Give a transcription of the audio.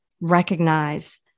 recognize